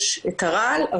יש את הרעל,